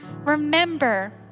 Remember